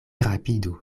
rapidu